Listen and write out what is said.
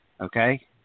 okay